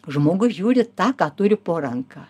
žmogus žiūri tą ką turi po ranka